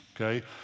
Okay